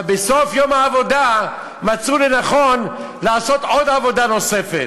אבל בסוף יום העבודה מצאו לנכון לעשות עוד עבודה נוספת.